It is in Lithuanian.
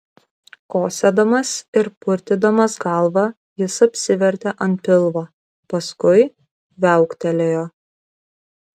kosėdamas ir purtydamas galvą jis apsivertė ant pilvo paskui viauktelėjo